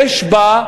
יש בה,